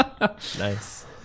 Nice